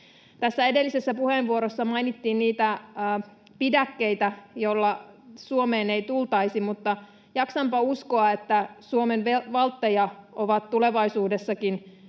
edellisessä puheenvuorossa mainittiin niitä pidäkkeitä, joilla Suomeen ei tultaisi, mutta jaksanpa uskoa, että Suomen valtteja ovat tulevaisuudessakin